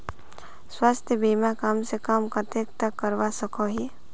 स्वास्थ्य बीमा कम से कम कतेक तक करवा सकोहो ही?